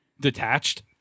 detached